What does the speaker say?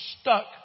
stuck